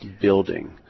building